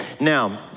Now